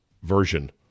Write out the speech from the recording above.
version